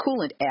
coolant